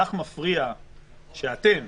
לך מפריע שאתם